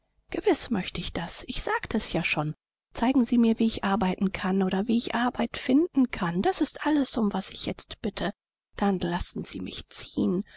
gewiß möchte ich das ich sagte es ja schon zeigen sie mir wie ich arbeiten kann oder wie ich arbeit finden kann das ist alles um was ich jetzt bitte dann lassen sie mich ziehen